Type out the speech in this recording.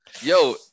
Yo